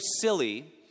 silly